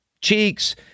cheeks